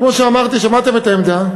כמו שאמרתי, שמעתם את העמדה.